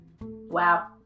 Wow